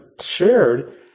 shared